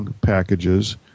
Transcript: packages